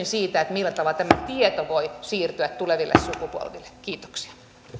siitä millä tavalla tämä tieto voi siirtyä tuleville sukupolville kiitoksia